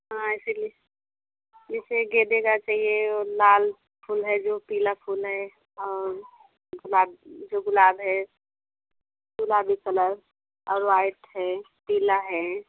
हाँ इसी लिए जैसे गेंदे का चाहिए और लाल फूल है जो पीला फूल है और गुलाब जो गुलाब है गुलाबी कलर और व्हाइट है पीला है